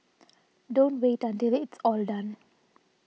don't wait until it's all done